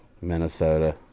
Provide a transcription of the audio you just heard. Minnesota